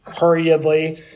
hurriedly